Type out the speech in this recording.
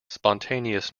spontaneous